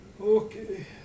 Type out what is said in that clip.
Okay